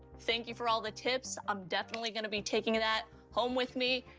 thank you for all the tips, i'm definitely gonna be taking that home with me.